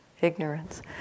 ignorance